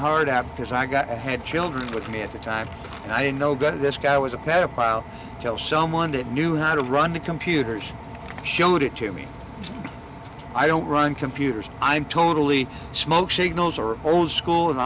heart out because i got had children with me at the time and i know this guy was a pedophile tell someone that knew how to run the computers showed it to me i don't run computers i'm totally smoke signals are old school and